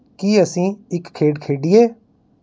ਕੀ ਅਸੀਂ ਇੱਕ ਖੇਡ ਖੇਡੀਏ